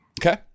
Okay